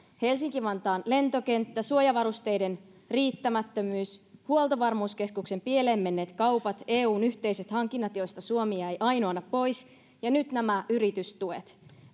helsinki vantaan lentokenttä suojavarusteiden riittämättömyys huoltovarmuuskeskuksen pieleen menneet kaupat eun yhteiset hankinnat joista suomi jäi ainoana pois ja nyt nämä yritystuet